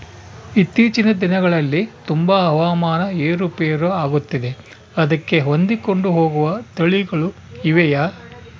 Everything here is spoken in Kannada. ಇತ್ತೇಚಿನ ದಿನಗಳಲ್ಲಿ ತುಂಬಾ ಹವಾಮಾನ ಏರು ಪೇರು ಆಗುತ್ತಿದೆ ಅದಕ್ಕೆ ಹೊಂದಿಕೊಂಡು ಹೋಗುವ ತಳಿಗಳು ಇವೆಯಾ?